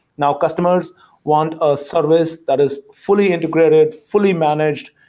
now customers want a service that is fully integrated, fully managed,